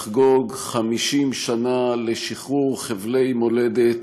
לחגוג 50 שנה לשחרור חבלי מולדת,